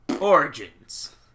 Origins